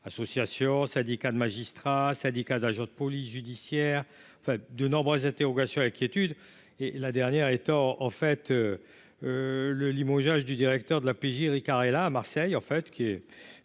associations, syndicats de magistrats, syndicat d'agents de police judiciaire, enfin, de nombreuses interrogations et inquiétudes et, la dernière étant en fait le limogeage du directeur de la PJ, Éric Arella, à Marseille,